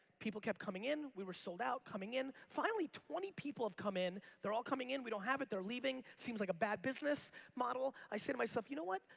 people kept coming in we were sold out. coming in, finally twenty people have come in. they're all coming in, we don't have it, they're leaving. seems like a bad business model. i say to myself, you know what?